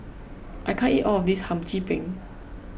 I can't eat all of this Hum Chim Peng